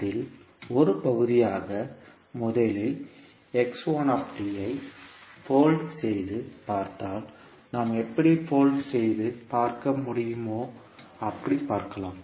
அதில் ஒரு பகுதியாக முதலில் ஐ போல்ட் செய்து பார்த்தால் நாம் எப்படி போல்ட் செய்து பார்க்க முடியுமோ அப்படி பார்க்கலாம்